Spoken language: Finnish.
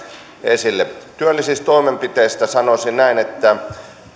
esille työllisyystoimenpiteistä sanoisin näin että